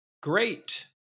great